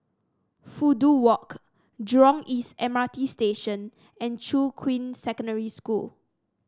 Fudu Walk Jurong East M R T Station and Shuqun Secondary School